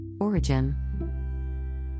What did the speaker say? Origin